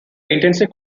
intensity